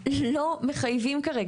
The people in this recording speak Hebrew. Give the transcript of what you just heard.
לא מחייבים כרגע.